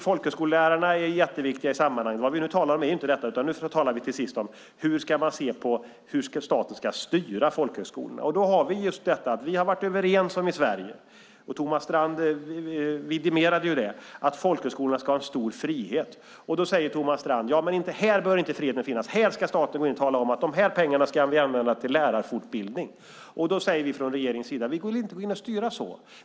Folkhögskolelärarna är jätteviktiga i sammanhanget. Men nu talar vi inte om det. Nu talar vi om ifall staten ska styra folkhögskolorna. Vi har varit överens om, vilket Thomas Strand också vidimerade, att folkhögskolorna ska ha stor frihet. Då säger Thomas Strand: Ja, men här bör friheten inte finnas. Här ska staten gå in och tala om att man ska använda dessa pengar till lärarfortbildning. Från regeringens sida säger vi att vi inte vill gå in och styra på det sättet.